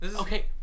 Okay